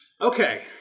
okay